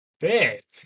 Fifth